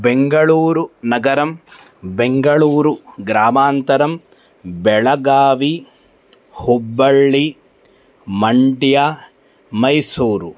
बेङ्गळूरुनगरं बेङ्गळूरुग्रामान्तरं बेळगावी हुब्बळ्ळि मण्ड्या मैसूरु